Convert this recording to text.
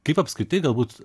kaip apskritai galbūt